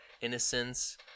innocence –